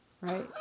Right